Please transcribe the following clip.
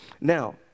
Now